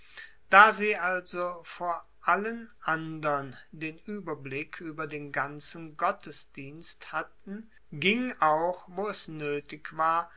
da sie also vor allen andern den ueberblick ueber den ganzen gottesdienst hatten ging auch wo es noetig war